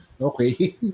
Okay